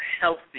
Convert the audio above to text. healthy